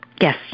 Yes